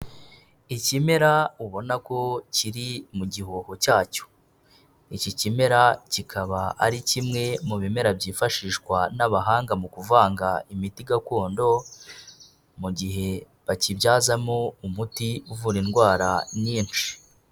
Ikimera ubona ko kiri mu gihoho cyacyo, iki kimera kikaba ari kimwe mu bimera byifashishwa n'abahanga mu kuvanga imiti gakondo, mu gihe bakibyazamo umuti uvura indwara nyinshi.